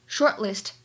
Shortlist